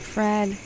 Fred